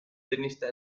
tenista